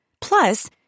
Plus